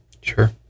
Sure